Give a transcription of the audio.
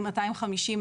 שבעה מכלים ליתר דיוק,